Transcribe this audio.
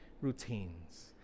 routines